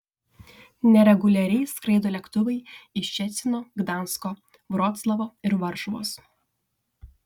nereguliariai skraido lėktuvai iš ščecino gdansko vroclavo ir varšuvos